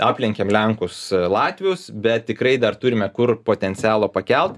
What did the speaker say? aplenkėm lenkus latvius bet tikrai dar turime kur potencialo pakelt